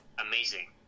amazing